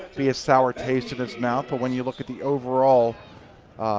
be a sour taste in his mouth. but when you look at the overall